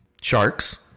sharks